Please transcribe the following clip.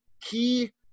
key